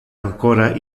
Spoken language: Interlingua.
ancora